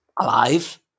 alive